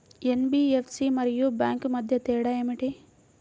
NBFC మరియు bank మధ్య తేడా ఏమిటీ?